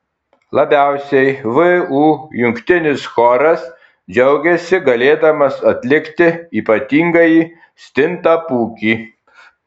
labiausiai vu jungtinis choras džiaugiasi galėdamas atlikti ypatingąjį stintapūkį